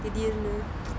திடீர்னு:thideernu